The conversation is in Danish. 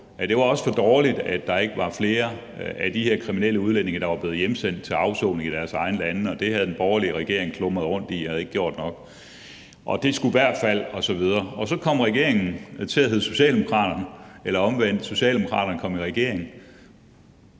at det også var for dårligt, at der ikke var flere af de her kriminelle udlændinge, der var blevet hjemsendt til afsoning i deres egne lande, og at den borgerlige regering havde klumret rundt i det og ikke gjort det nok, og at det i hvert fald skulle ske. Men så kom regeringen til at hedde Socialdemokraterne, eller omvendt: Socialdemokraterne kom i regering.